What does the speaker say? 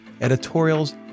editorials